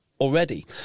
already